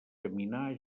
caminar